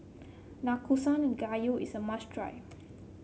Nanakusa Gayu is a must try